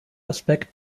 aspekt